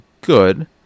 good